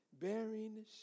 Bearing